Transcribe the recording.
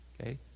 Okay